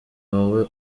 wowe